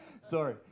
Sorry